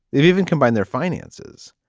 they've even combined their finances.